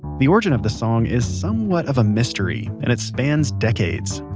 the origin of the song is somewhat of a mystery, and it spans decades.